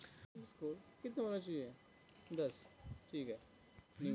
Personal loan लेने के लिए सिबिल स्कोर कितना होना चाहिए?